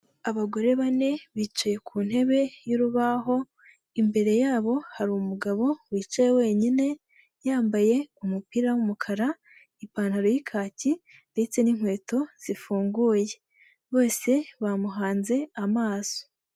Abagore bane bicaye ku ntebe y'urubaho, imbere yabo hari umugabo wicaye wenyine, yambaye umupira w'umukara, ipantaro y'ikaki, ndetse n'inkweto zifunguye. Bose bamuhanze amaso.